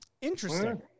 Interesting